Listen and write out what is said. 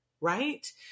right